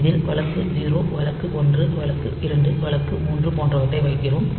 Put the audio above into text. இதில் வழக்கு 0 வழக்கு ஒன்று வழக்கு இரண்டு வழக்கு மூன்று போன்றவற்றை வைக்கிறோம்